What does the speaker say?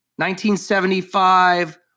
1975